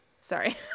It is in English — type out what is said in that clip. sorry